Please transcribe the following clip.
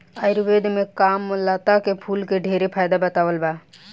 आयुर्वेद में कामलता के फूल के ढेरे फायदा बतावल बा